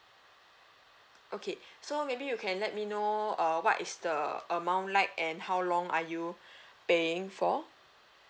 okay so maybe you can let me know uh what is the amount like and how long are you paying for